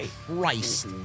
Christ